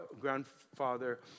grandfather